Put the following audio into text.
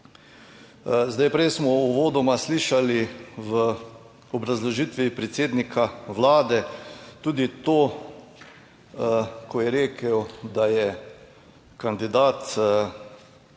Vlada. Prej smo uvodoma slišali v obrazložitvi predsednika Vlade tudi to, ko je rekel, da je kandidat